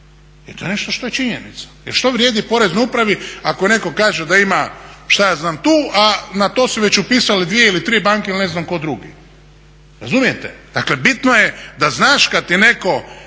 to je nešto što je činjenica. Jer što vrijedi Poreznoj upravi ako neko kaže da ima šta ja znam tu, a na to su već upisale 2 ili 3 banke ili ne znam tko drugi, razumijete. Dakle bitno je da znaš ako nekome